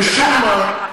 משום מה,